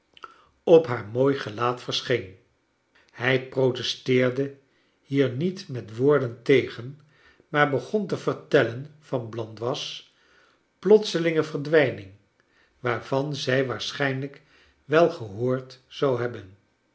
op haar mooi gelaat verse heen hij protesteerde hier niet met woorden tegen maar begon te vertellen van blandois plotselinge verdwijning waarvan zij waarschijnlijk wel gehoord zon hebben